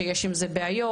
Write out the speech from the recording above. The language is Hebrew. שיש עם זה בעיות,